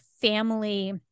family